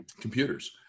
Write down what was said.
computers